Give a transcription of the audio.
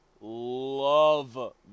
love